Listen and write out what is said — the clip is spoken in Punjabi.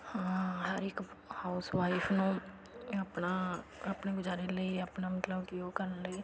ਹਰ ਇੱਕ ਹਾਊਸਵਾਈਫ ਨੂੰ ਆਪਣਾ ਆਪਣੇ ਗੁਜ਼ਾਰੇ ਲਈ ਆਪਣਾ ਮਤਲਬ ਕਿ ਉਹ ਕਰਨ ਲਈ